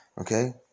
Okay